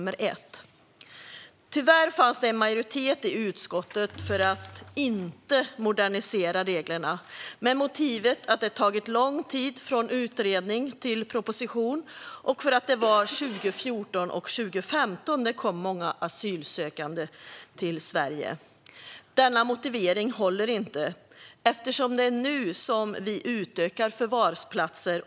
Moderna och rätts-säkra regler för att hålla utlänningar i förvar Tyvärr fanns det en majoritet i utskottet för att inte modernisera reglerna, med motiveringen att det tagit lång tid från utredning till proposition och att det var 2014 och 2015 som det kom många asylsökande till Sverige. Denna motivering håller inte, eftersom det är nu som vi utökar antalet förvarsplatser.